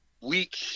week